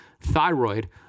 thyroid